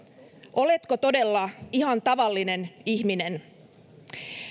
oletko todella ihan tavallinen ihminen